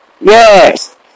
Yes